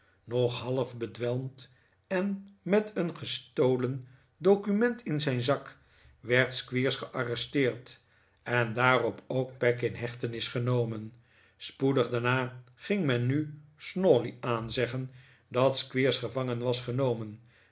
nog half bedwelmd en met het gestolen document in zijn zak werd squeers gearresteerd en daarop ook peg in hechtenis genomen spoedig daarna ging men nu snawley aanzeggen dat squeers gevangen was genomen